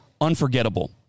unforgettable